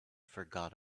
forgot